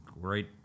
great